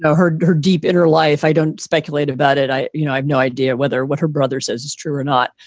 her her deep inner life. i don't speculate about it. i you know, i've no idea whether what her brother says is true or not.